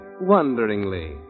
wonderingly